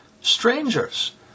strangers